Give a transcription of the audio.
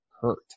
hurt